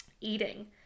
eating